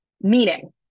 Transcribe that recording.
meaning